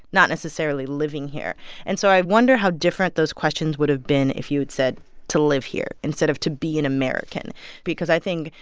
not necessarily living here and so i wonder how different those questions would've been if you had said to live here instead of to be an american because i think,